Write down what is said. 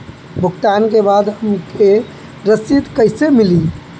भुगतान के बाद हमके रसीद कईसे मिली?